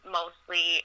mostly